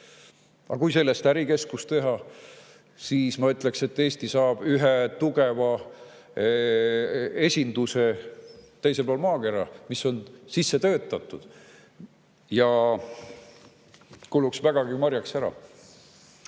Aga kui sellest ärikeskus teha, siis ma ütleks, et Eesti saab ühe tugeva esinduse teisel pool maakera, mis on sissetöötatud ja kuluks vägagi marjaks ära.